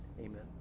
Amen